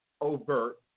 overt